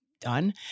done